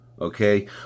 okay